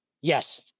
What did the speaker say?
Yes